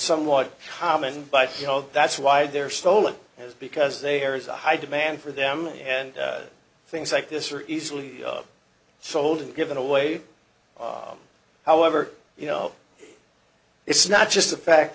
somewhat common but you know that's why they're stolen because there is a high demand for them and things like this are easily sold and given away however you know it's not just the fact